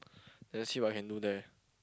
then see what I can do there